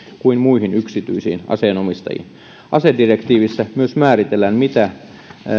kuin muihin yksityisiin aseenomistajiin asedirektiivissä myös määritellään mitä